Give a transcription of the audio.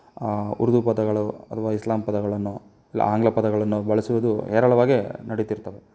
ಉರ್ದು ಪದಗಳು ಅಥವಾ ಇಸ್ಲಾಮ್ ಪದಗಳನ್ನು ಇಲ್ಲ ಆಂಗ್ಲ ಪದಗಳನ್ನು ಬಳಸುವುದು ಹೇರಳವಾಗೇ ನಡಿತಿರ್ತವೆ